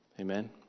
Amen